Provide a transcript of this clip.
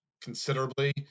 considerably